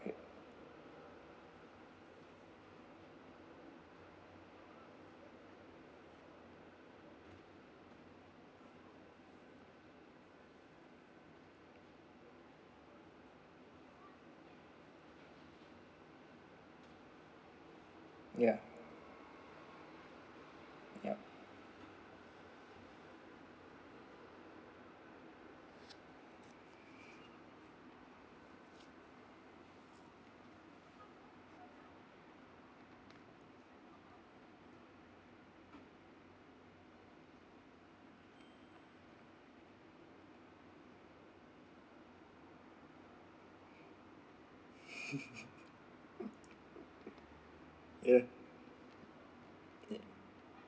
okay ya yup yeah